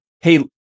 hey